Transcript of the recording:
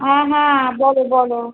হ্যাঁ হ্যাঁ বলো বলো